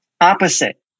opposite